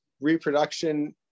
reproduction